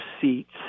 seats